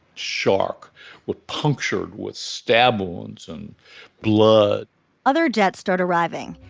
shak were punctured with stab wounds and blood other deaths start arriving.